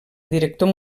director